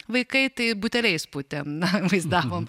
vaikai tai buteliais pūtėm na vaizdavom